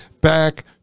back